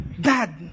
Dad